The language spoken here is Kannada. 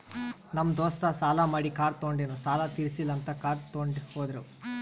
ನಮ್ ದೋಸ್ತ ಸಾಲಾ ಮಾಡಿ ಕಾರ್ ತೊಂಡಿನು ಸಾಲಾ ತಿರ್ಸಿಲ್ಲ ಅಂತ್ ಕಾರ್ ತೊಂಡಿ ಹೋದುರ್